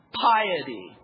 piety